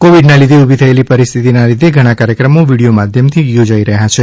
કોવિડનાં લીઘે ઉભી થયેલી પરિસ્થિતીનાં લીઘે ઘણા કાર્યક્રમો વિડિયો માધ્યમથી યોજાશે